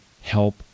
help